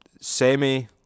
semi-